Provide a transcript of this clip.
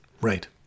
Right